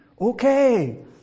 Okay